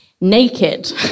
naked